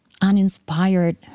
uninspired